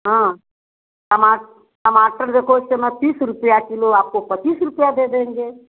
हाँ टमा टमाटर देखो इस समय तीस रुपया किलो आपको पचीस रुपया दे देंगे